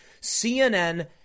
CNN